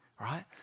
right